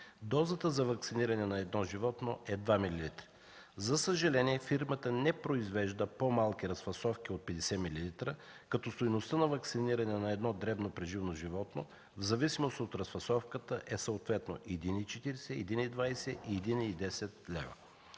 Дозата за ваксиниране на едно животно е 2 милилитра. За съжаление, фирмата не произвежда по-малки разфасовки от 50 милилитра, като стойността на ваксиниране на дребно преживно животно, в зависимост от разфасовката, е съответно: 1,40; 1,20; 1,10 лв.